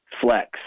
flex